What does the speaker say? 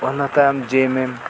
ᱚᱱᱟ ᱛᱟᱭᱚᱢ ᱡᱮ ᱮᱢ ᱮᱢ